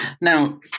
Now